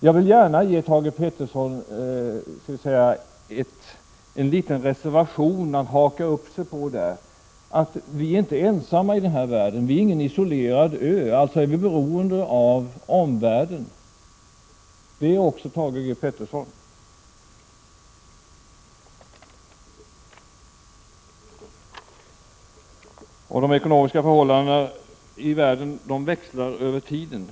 Jag vill gärna ge Thage G. Peterson en liten reservation att haka upp sig på där: vi är inte ensamma i den här världen, vi är inte någon isolerad ö, utan vi är beroende av omvärlden. Det är också 85 Thage G. Peterson. De ekonomiska förhållandena i världen växlar över tiden.